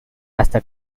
hasta